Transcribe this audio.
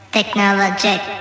Technologic